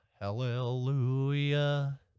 Hallelujah